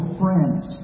friends